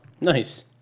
Nice